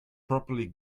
properly